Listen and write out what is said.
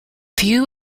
few